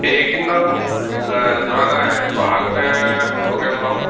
এইকিদিনত যোৱা নাই ব'হাগতে প্ৰ'গ্ৰেম ল'ম